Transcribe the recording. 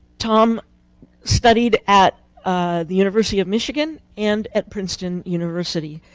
tom studied at the university of michigan and at princeton university.